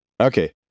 Okay